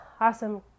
awesome